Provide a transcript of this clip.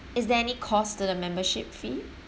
is there any cost to the membership fee